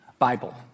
bible